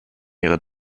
ihrer